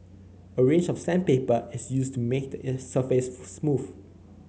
a range of sandpaper is used to make the surface smooth